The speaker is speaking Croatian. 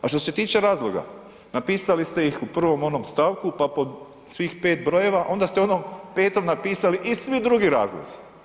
A što se tiče razloga, napisali ste ih u prvom onom stavku pa pod svih pet brojeva onda ste u onom petom napisali i svi drugi razlozi.